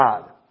God